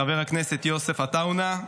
חבר הכנסת יוסף עטאונה,